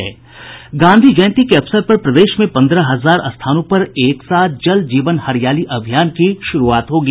गांधी जयंती के अवसर पर प्रदेश में पन्द्रह हजार स्थानों पर एक साथ जल जीवन हरियाली अभियान की शुरूआत होगी